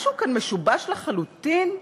משהו כאן משובש לחלוטין?